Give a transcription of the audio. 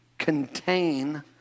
Contain